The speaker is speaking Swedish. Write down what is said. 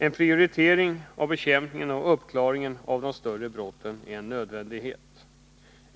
En prioritering av bekämpandet och uppklarandet av de större brotten är en nödvändighet.